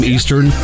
Eastern